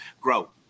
grow